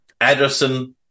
Ederson